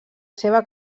seva